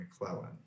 McClellan